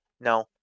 No